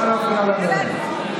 לא להפריע לנואם.